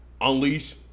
unleash